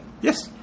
Yes